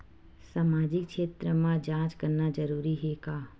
सामाजिक क्षेत्र म जांच करना जरूरी हे का?